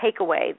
takeaway